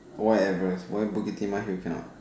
where ever why Bukit-Timah you cannot